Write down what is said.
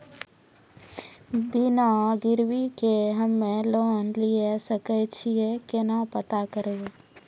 बिना गिरवी के हम्मय लोन लिये सके छियै केना पता करबै?